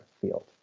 field